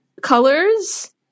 colors